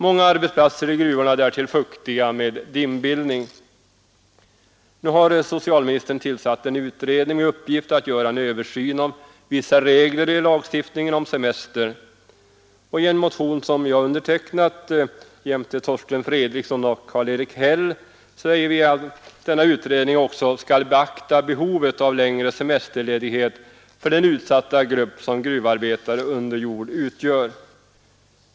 Många arbetsplatser i gruvorna är därtill fuktiga med dimbildning. Socialministern har tillsatt en utredning med uppgift att göra en Översyn av vissa regler i lagstiftningen om semester. I en motion, som jag undertecknat tillsammans med Torsten Fredriksson och Karl Erik Häll, framhåller vi att denna utredning också skall beakta behovet av längre semesterledighet för den utsatta grupp som gruvarbetare under jord utgör.